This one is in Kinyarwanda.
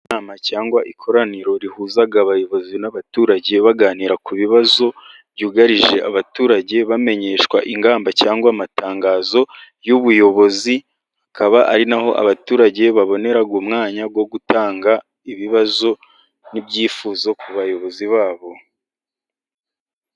Mu inama cyangwa ikoraniro rihuza abayobozi n'abaturage, baganira ku bibazo byugarije abaturage, bamenyeshwa ingamba cyangwa amatangazo y'ubuyobozi, akaba ari naho abaturage babonera umwanya wo gutanga ibibazo n'ibyifuzo ku bayobozi babo.